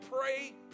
pray